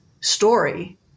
story